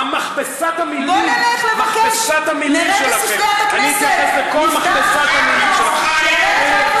אני יודע איפה זה יהודה ושומרון.